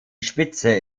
spitze